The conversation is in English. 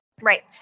Right